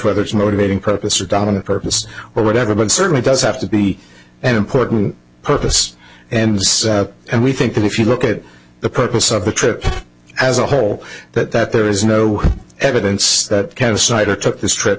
whether it's motivating purpose or dominant purpose or whatever but it certainly does have to be an important purpose and and we think that if you look at the purpose of the trip as a whole that that there is no evidence that kind of cider took this trip